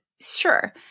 sure